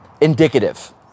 indicative